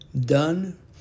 done